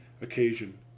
occasion